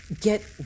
Get